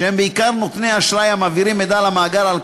שהם בעיקר נותני אשראי המעבירים מידע למאגר על